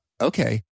okay